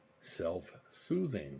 self-soothing